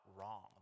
wrong